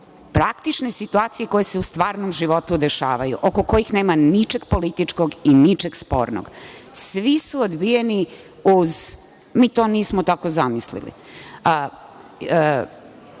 praktične situacije koje se u stvarnom životu dešavaju, oko koji nema ničeg političkog, i ničeg spornog. Svi su odbijeni uz – mi to nismo tako zamislili. Drago